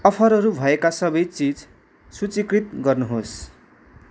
अफरहरू भएका सबै चिज सूचीकृत गर्नुहोस्